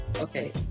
Okay